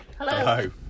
Hello